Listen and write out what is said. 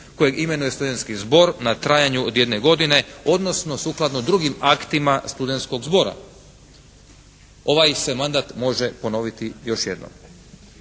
kojeg imenuje studentski zbor na trajanju od jedne godine, odnosno sukladno drugim aktima studentskog zbora. Ovaj se mandat može ponoviti još jednom.